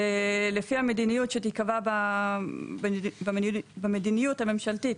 ולפי המדיניות שתיקבע במדיניות הממשלתית,